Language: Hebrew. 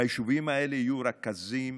ביישובים האלה יהיו רכזים